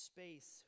Space